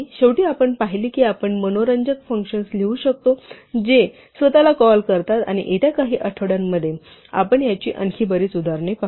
शेवटी आपण पाहिले की आपण मनोरंजक फंक्शन्स लिहू शकतो जे स्वतःला कॉल करतात आणि येत्या काही आठवड्यांमध्ये आपण याची आणखी बरीच उदाहरणे पाहू